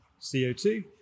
CO2